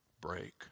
break